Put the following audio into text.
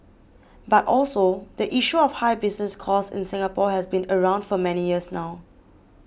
but also the issue of high business costs in Singapore has been around for many years now